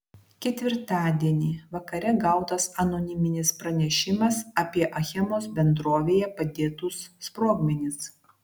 ketvirtadienį vakare gautas anoniminis pranešimas apie achemos bendrovėje padėtus sprogmenis